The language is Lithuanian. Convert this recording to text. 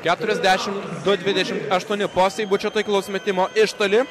keturiasdešimt du dvidešimt aštuoni po seibučio taiklaus metimo iš toli